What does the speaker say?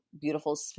beautiful